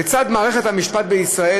בצד מערכת המשפט בישראל,